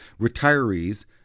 retirees